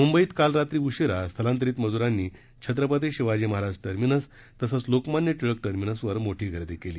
मुंबईत काल रात्री उशिरा स्थलांतरित मजुरांनी छत्रपती शिवाजी महाराज टर्मिनस तसंच लोकमान्य टिळक टर्मिनसवर मोठी गर्दी केली